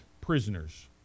prisoners